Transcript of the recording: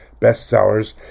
bestsellers